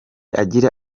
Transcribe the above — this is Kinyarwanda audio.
agira